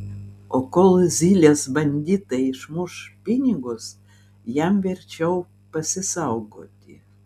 o kol zylės banditai išmuš pinigus jam verčiau pasisaugoti